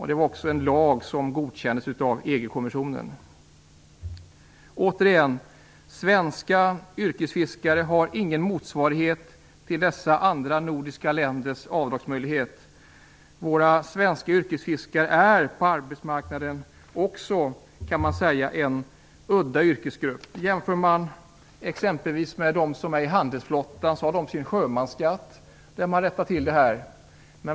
Det var en lag som godkändes av EG Återigen: Svenska yrkesfiskare har ingen motsvarighet till dessa andra nordiska länders avdrag. Våra svenska yrkesfiskare är på arbetsmarknaden också en udda yrkesgrupp. De som ingår i handelsflottan har sin sjömansskatt där man rättat till detta.